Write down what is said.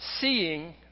seeing